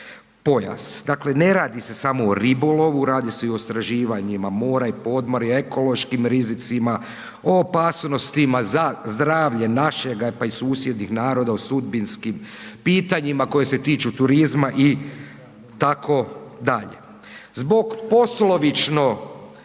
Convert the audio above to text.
pojas. Dakle, ne radi se samo o ribolovu, radi se i o istraživanjima mora i podmorja, ekološkim rizicima, o opasnostima za zdravlje našega, pa i susjednih naroda o sudbinskim pitanjima koje se tiču turizma itd. Zbog poslovično